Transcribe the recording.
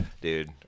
dude